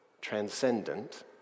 transcendent